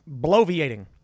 bloviating